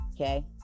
Okay